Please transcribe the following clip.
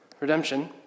redemption